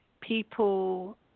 people